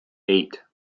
eight